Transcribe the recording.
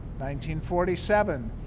1947